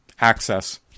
access